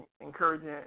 encouraging